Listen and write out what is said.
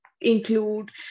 include